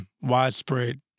widespread